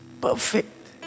Perfect